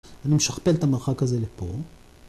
אני משכפל את המרחק הזה לפה.